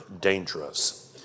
dangerous